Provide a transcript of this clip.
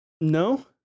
No